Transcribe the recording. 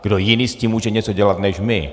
Kdo jiný s tím může něco dělat než my?